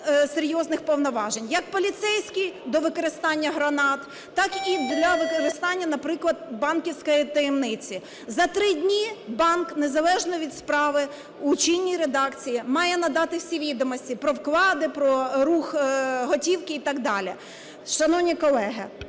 серйозних повноважень: як поліцейські до використання гранат, так і для використання, наприклад, банківської таємниці. За 3 дні банк, незалежно від справи, у чинній редакції має надати всі відомості про вклади, про рух готівки і так далі. Шановні колеги,